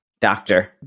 Doctor